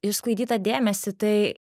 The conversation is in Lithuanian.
išsklaidytą dėmesį tai